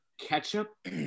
ketchup